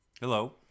Hello